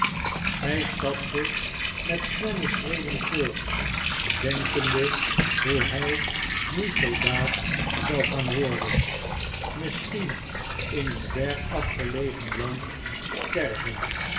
hij stapte met snelle schreden voort denkende hoe hi nu soldaat zou gaan worden misschien in een ver afgelegen land sterven